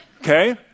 Okay